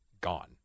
gone